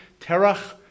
Terach